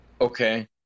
okay